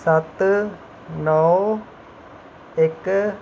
सत्त नौ इक